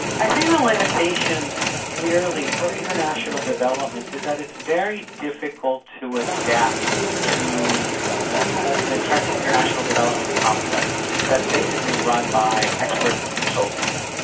i think the limitations clearly for international development is that it's very difficult to adapt to you know an entrenched international development complex that's basically run by experts and consultants.